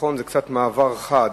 נכון שזה מעבר קצת חד